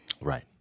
Right